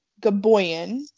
Gaboyan